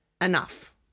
enough